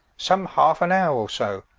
some halfe an houre, or so,